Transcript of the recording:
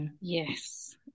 yes